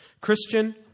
Christian